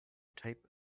type